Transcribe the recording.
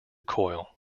coil